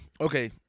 Okay